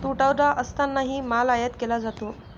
तुटवडा असतानाही माल आयात केला जातो